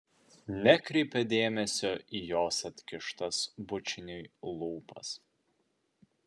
nekreipia dėmesio į jos atkištas bučiniui lūpas